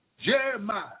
Jeremiah